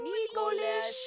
Nicholas